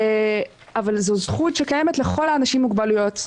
אבל זו זכות שקיימת לכל האנשים עם מוגבלויות,